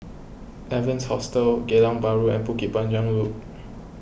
Evans Hostel Geylang Bahru and Bukit Panjang Loop